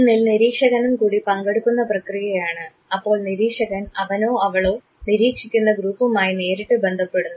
ഒന്നിൽ നിരീക്ഷകനും കൂടി പങ്കെടുക്കുന്ന പ്രക്രിയയാണ് അപ്പോൾ നിരീക്ഷകൻ അവനോ അവളോ നിരീക്ഷിക്കുന്ന ഗ്രൂപ്പുമായി നേരിട്ട് ബന്ധപ്പെടുന്നു